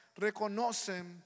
reconocen